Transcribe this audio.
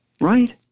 right